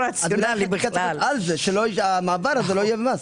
ינון, צריך שהמעבר הזה לא יהיה ממוסה.